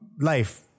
life